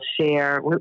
share